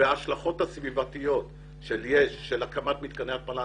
וההשלכות הסביבתיות של הקמת מתקני התפלה,